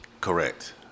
correct